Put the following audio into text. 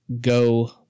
Go